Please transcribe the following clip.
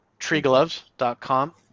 treegloves.com